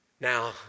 Now